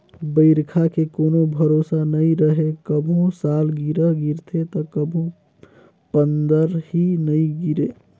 बइरखा के कोनो भरोसा नइ रहें, कभू सालगिरह गिरथे त कभू पंदरही नइ गिरे